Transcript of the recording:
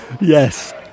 Yes